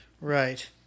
Right